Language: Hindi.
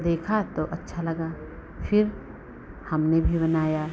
देखा तो अच्छा लगा फ़िर हमने भी बनाया